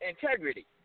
Integrity